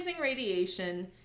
radiation